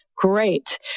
great